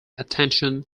attention